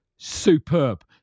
superb